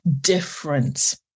different